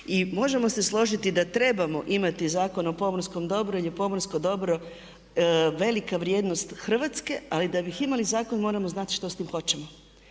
I možemo se složiti da trebamo imati Zakon o pomorskom dobru jer je pomorsko dobro velika vrijednost Hrvatske, ali da bi imali zakon moramo znati što s njim hoćemo.